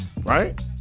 right